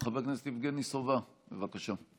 חבר הכנסת יבגני סובה, בבקשה.